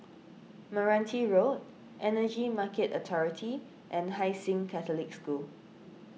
Meranti Road Energy Market Authority and Hai Sing Catholic School